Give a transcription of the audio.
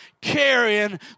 carrying